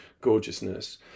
gorgeousness